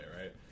right